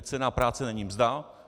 Cena práce není mzda.